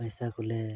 ᱯᱚᱭᱥᱟ ᱠᱚᱞᱮ